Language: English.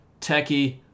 techie